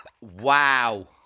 Wow